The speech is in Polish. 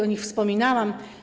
O nich wspomniałam.